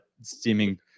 steaming